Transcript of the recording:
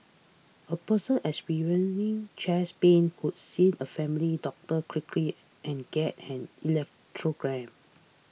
a person experiencing chest pain would see a family doctor quickly and get an electoral gram